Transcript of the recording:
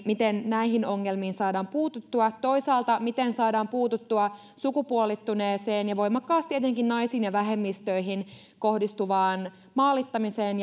miten näihin ongelmiin saadaan puututtua toisaalta miten saadaan puututtua sukupuolittuneeseen ja voimakkaasti etenkin naisiin ja vähemmistöihin kohdistuvaan maalittamiseen